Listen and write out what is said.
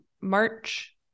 march